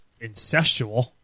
incestual